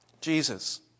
Jesus